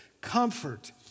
Comfort